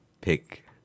pick